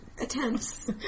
attempts